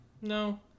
No